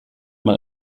man